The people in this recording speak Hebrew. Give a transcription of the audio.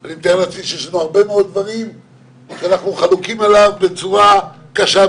אני מתאר לעצמי שיש הרבה דברים שאנחנו חלוקים עליהם בצורה קשה,